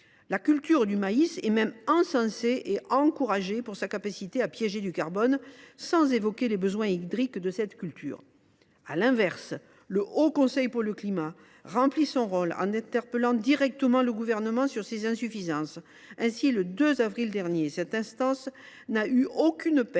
La culture du maïs est même encensée et encouragée, car elle permet de piéger du carbone, mais ses besoins hydriques ne sont pas évoqués. À l’inverse, le Haut Conseil pour le climat remplit son rôle en interpellant directement le Gouvernement sur ses insuffisances. Ainsi, le 2 avril dernier, il n’a eu aucune peine